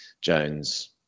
Jones